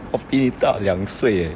比妳大两岁